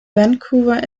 vancouver